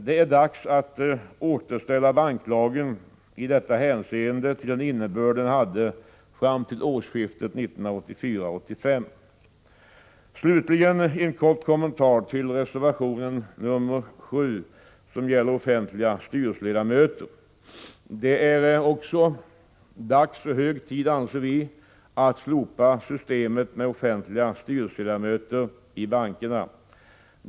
Det är dags att återställa banklagen i detta hänseende till den innebörd den hade fram till årsskiftet 1984-1985. Slutligen en kort kommentar till reservation 7, som gäller offentliga styrelseledamöter. Det är också hög tid, anser vi, att slopa systemet med offentliga styrelseledamöter i bankerna.